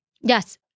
Yes